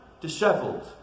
dishevelled